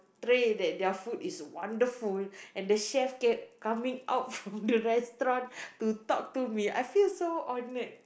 ~tray that their food is wonderful and the chef kept coming out from the restaurant to talk to me I feel so honoured